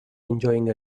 enjoying